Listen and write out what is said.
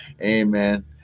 Amen